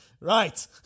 Right